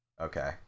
Okay